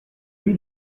lui